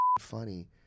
funny